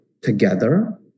together